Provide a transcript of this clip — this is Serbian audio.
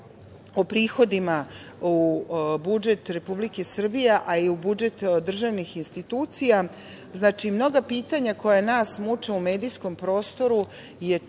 o prihodima u budžet Republike Srbije, a i u budžet državnih institucija, mnoga pitanja koja nas muče u medijskom prostoru je